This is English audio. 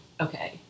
okay